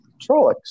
Trollocs